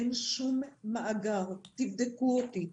אין שום מאגר, תבדקו אותי,